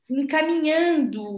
encaminhando